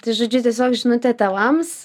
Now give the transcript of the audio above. tai žodžiu tiesiog žinutė tėvams